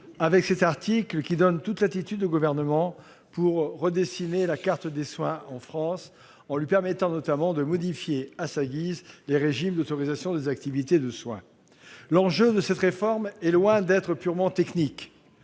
avec cet article, qui donne toute latitude au Gouvernement pour redessiner la carte des soins en France, en lui permettant notamment de modifier à sa guise les régimes d'autorisations des activités de soins. L'enjeu de cette réforme est loin d'être purement technique.